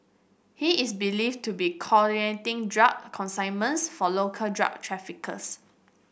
he is believed to be coordinating drug consignments for local drug traffickers